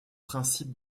principes